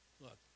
Look